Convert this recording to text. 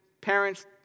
Parents